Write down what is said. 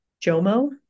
Jomo